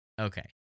Okay